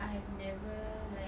I've never like